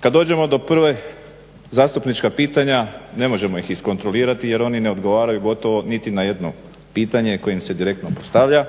Kad dođemo do prve zastupnička pitanja ne možemo ih iskontrolirati, jer oni ne odgovaraju gotovo niti na jedno pitanje koje im se direktno postavlja.